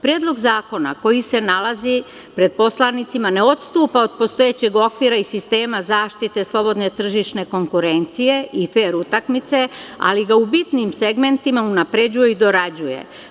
Predlog zakona koji se nalazi pred poslanicima ne odstupa od postojećeg okvira i sistema zaštite slobodne tržišne konkurencije i fer utakmice, ali ga u bitnim segmentima unapređuje i dorađuje.